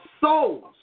souls